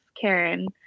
Karen